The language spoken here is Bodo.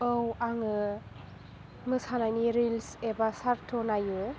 औ आङो मोसानायनि रिल्स एबा सर्ट' नायो